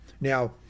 Now